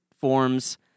forms